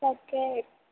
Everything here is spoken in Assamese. তাকে